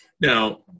Now